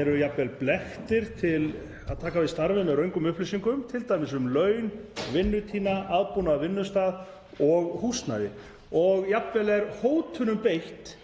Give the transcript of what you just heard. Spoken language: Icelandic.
eru jafnvel blekktir til að taka við starfinu út frá röngum upplýsingum, t.d. um laun, vinnutíma, aðbúnað á vinnustað og húsnæði, og jafnvel er hótunum beitt